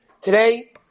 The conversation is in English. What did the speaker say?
today